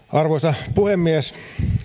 arvoisa puhemies